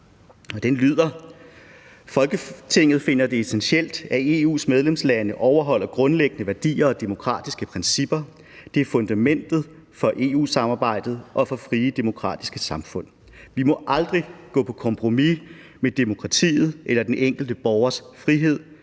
»Folketinget finder det essentielt, at EU's medlemslande overholder grundlæggende værdier og demokratiske principper, der er fundamentet for EU-samarbejdet og for frie demokratiske samfund. Vi må aldrig gå på kompromis med demokratiet eller den enkelte borgers frihed,